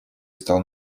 стал